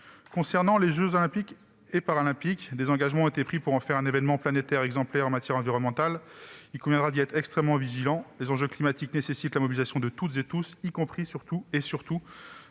pour faire des jeux Olympiques et Paralympiques un événement planétaire exemplaire en matière environnementale. Il conviendra d'y être extrêmement vigilant. Les enjeux climatiques nécessitent la mobilisation de toutes et tous, y compris et surtout